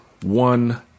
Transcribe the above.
one